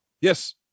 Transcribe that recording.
yes